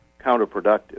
counterproductive